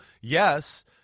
yes